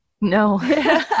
no